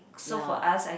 ya